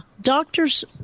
doctors